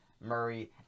murray